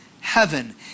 heaven